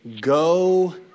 go